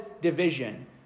division